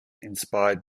inspired